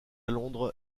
londres